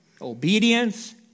Obedience